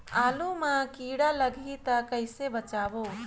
आलू मां कीड़ा लाही ता कइसे बचाबो?